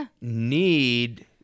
need